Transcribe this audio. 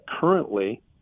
currently